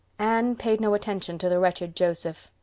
anne paid no attention to the wretched joseph.